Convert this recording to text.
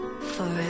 Forever